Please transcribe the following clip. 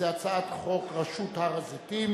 הצעת החוק שלו בנושא רשות הר-הזיתים.